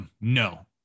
no